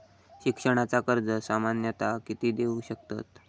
शिक्षणाचा कर्ज सामन्यता किती देऊ शकतत?